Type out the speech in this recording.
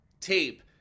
tape